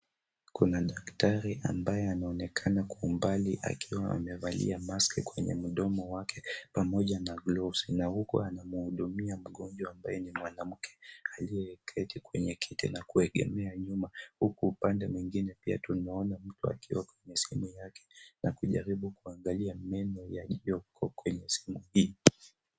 Kuna daktari ambaye anaonekana kwa umbali akiwa amevalia mask kwenye mdomo wake pamoja na gloves na huku anamhudumia mgonjwa ambaye ni mwanamke aliyeketi kwenye kiti na kuegemea nyuma huku upande mwingine pia tunaona mtu akiwa kwenye simu yake akijaribu kuangalia meno yaliyoko kwenye sehemu hii.